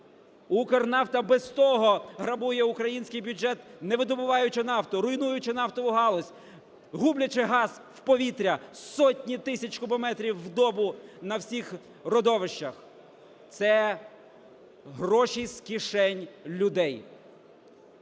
"Укрнафта" без того грабує український бюджет, не видобуваючи нафту, руйнуючи нафтову галузь, гублячи газ в повітря – сотні тисяч кубометрів в добу на всіх родовищах. Це гроші з кишень людей.